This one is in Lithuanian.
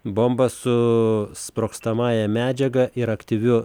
bomba su sprogstamąja medžiaga ir aktyviu